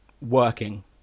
working